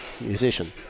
musician